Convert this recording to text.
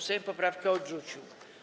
Sejm poprawkę odrzucił.